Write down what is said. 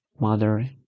mother